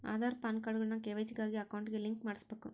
ಆದಾರ್, ಪಾನ್ಕಾರ್ಡ್ಗುಳ್ನ ಕೆ.ವೈ.ಸಿ ಗಾಗಿ ಅಕೌಂಟ್ಗೆ ಲಿಂಕ್ ಮಾಡುಸ್ಬಕು